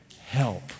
help